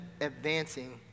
advancing